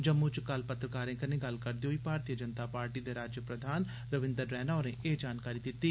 जम्मू च कल पत्रकारें कन्नै गल्लबात करदे होई भारतीय जनता पार्टी दे राज्य प्रधान रवीन्द्र रैणा होरें एह् जानकारी दित्ती